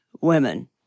women